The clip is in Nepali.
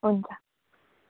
हुन्छ